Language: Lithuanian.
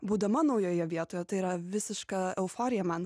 būdama naujoje vietoje tai yra visiška euforija man